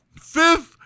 fifth